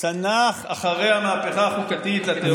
צנח אחרי המהפכה החוקתית לתהומות,